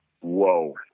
whoa